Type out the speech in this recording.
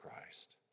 Christ